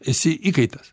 esi įkaitas